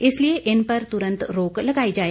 इसलिए इन पर तुरंत रोक लगाई जाए